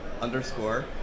underscore